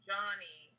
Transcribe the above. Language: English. Johnny